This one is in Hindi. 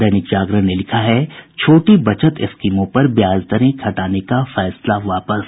दैनिक जागरण ने लिखा है छोटी बचत स्कीमों पर ब्याज दरें घटाने का फैसला वापस